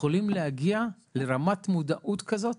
יכולים להגיע לרמת מודעות כזאת,